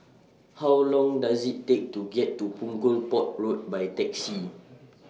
How Long Does IT Take to get to Punggol Port Road By Taxi